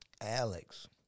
Alex